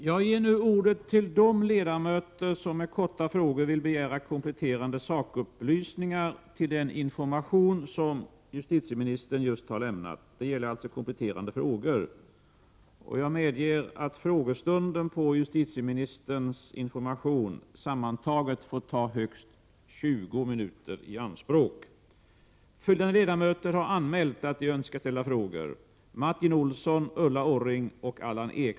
Jag ger nu ordet till de ledamöter som med korta frågor vill begära kompletterande sakupplysningar till den information som justitieministern just har lämnat. Jag medger att frågestunden i samband med justitieministerns information sammantaget får ta högst 20 minuter i anspråk.